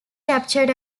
captured